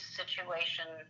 situation